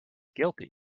guilty